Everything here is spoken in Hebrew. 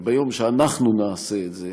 וביום שאנחנו נעשה את זה,